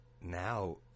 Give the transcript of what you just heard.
now